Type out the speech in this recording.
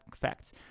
facts